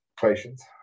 patience